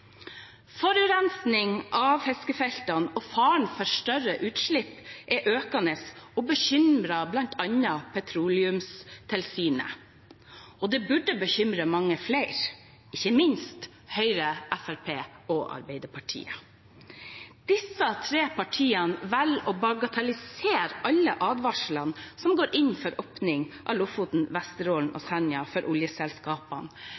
Forurensning av fiskefeltene og faren for større utslipp er økende og bekymrer bl.a. Petroleumstilsynet. Det burde bekymre mange flere, ikke minst Høyre, Fremskrittspartiet og Arbeiderpartiet. Disse tre partiene velger å bagatellisere alle advarsler og går inn for å åpne Lofoten, Vesterålen og